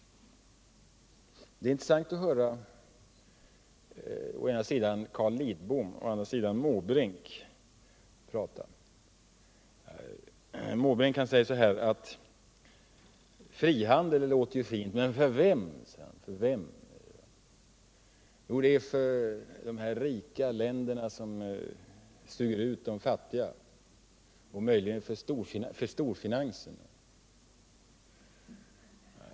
Det är intressant att höra å ena sidan Carl Lidbom och å andra sidan Bertil Måbrink tala. Bertil Måbrink säger att frihandel låter fint, men för vem? Jo, fortsätter han, det är för de rika länderna som suger ut de fattiga, och möjligen för storfinansen.